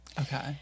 Okay